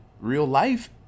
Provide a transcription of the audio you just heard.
real-life